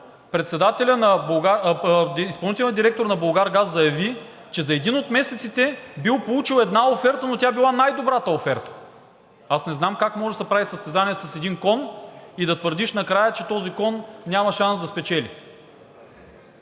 по време на изслушването изпълнителният директор на „Булгаргаз“ заяви, че за един от месеците бил получил една оферта, но тя била най-добрата оферта?! Аз не знам как може да се прави състезание с един кон и да твърдиш накрая, че този кон няма шанс да спечели?!